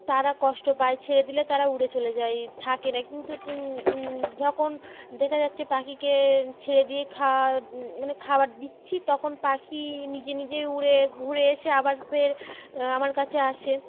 তারা কষ্ট পায় ছেড়ে দিলে তারা উড়ে চলে যায় থাকে না কিন্তু যখন দেখা যাচ্ছে পাখিকে ছেড়ে দিয়ে খাওয়া মানে খাবার দিচ্ছি তখন পাখি নিজে নিজেই উড়ে ঘুরে এসে আবার ফের আমার কাছে আসে